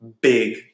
big